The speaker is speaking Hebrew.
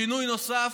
שינוי נוסף,